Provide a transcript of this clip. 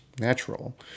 natural